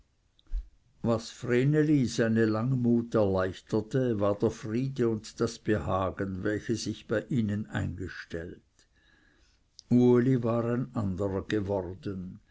was vreneli seine langmut erleichterte war der friede und das behagen welche sich bei ihnen eingestellt uli war ein anderer geworden